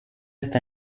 está